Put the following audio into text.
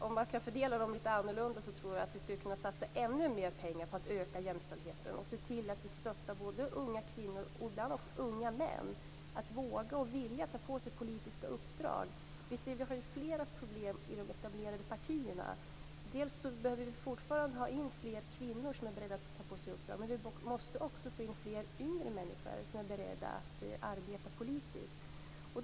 Om man kan fördela dem lite annorlunda tror jag att vi skulle kunna satsa ännu mer pengar för att öka jämställdheten och se till att vi stöttar både unga kvinnor och ibland också unga män att våga och vilja ta på sig politiska uppdrag. Vi ser flera problem i de etablerade partierna. Vi behöver fortfarande få in fler kvinnor som är beredda att ta på sig uppdrag. Men vi måste också få in fler yngre människor som är beredda att arbeta politiskt.